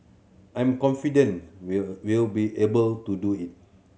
I'm confident we'll will be able to do it